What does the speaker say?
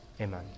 Amen